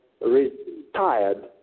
retired